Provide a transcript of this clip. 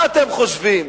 מה אתם חושבים,